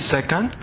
Second